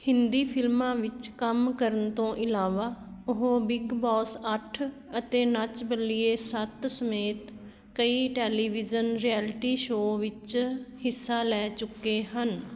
ਹਿੰਦੀ ਫ਼ਿਲਮਾਂ ਵਿੱਚ ਕੰਮ ਕਰਨ ਤੋਂ ਇਲਾਵਾ ਉਹ ਬਿੱਗ ਬੌਸ ਅੱਠ ਅਤੇ ਨੱਚ ਬੱਲੀਏ ਸੱਤ ਸਮੇਤ ਕਈ ਟੈਲੀਵਿਜ਼ਨ ਰਿਐਲਿਟੀ ਸ਼ੋਅ ਵਿੱਚ ਹਿੱਸਾ ਲੈ ਚੁੱਕੇ ਹਨ